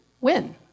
win